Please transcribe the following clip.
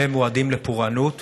שהם מועדים לפורענות